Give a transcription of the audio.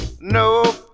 No